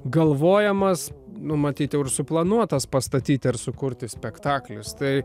galvojamas nu matyt jau ir suplanuotas pastatyti ar sukurti spektaklis tai